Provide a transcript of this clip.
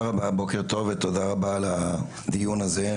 בוקר טוב ותודה רבה על הדיון הזה.